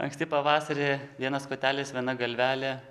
anksti pavasarį vienas kotelis viena galvelė